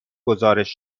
گزارش